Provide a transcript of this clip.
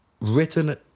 written